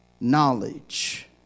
knowledge